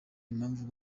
impamvu